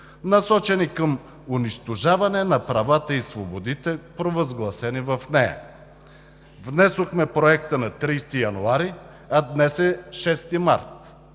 насочени към унищожаване на правата и свободите, провъзгласени в нея. Внесохме Проекта на 30 януари, а днес е 6 март.